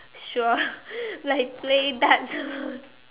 sure like play darts